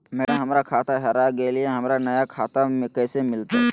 madam, हमर खाता हेरा गेलई, हमरा नया खाता कैसे मिलते